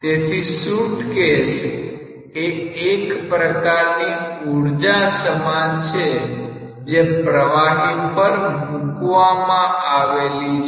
તેથી સુટકેશ એ એક પ્રકારની ઉર્જા સમાન છે જે પ્રવાહી પર મૂકવામાં આવેલી છે